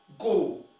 go